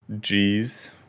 G's